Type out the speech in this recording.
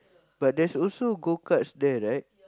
but there's also go-karts there right